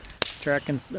tracking